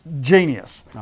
genius